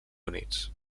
units